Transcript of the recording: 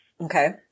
Okay